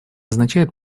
означает